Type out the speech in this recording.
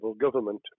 government